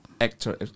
actor